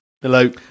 Hello